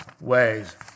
ways